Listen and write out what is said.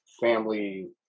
family